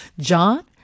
john